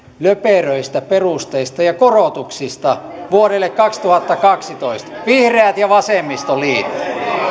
löperöistä perusteista ja ja korotuksista vuodelle kaksituhattakaksitoista vihreät ja vasemmistoliitto